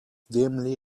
dimly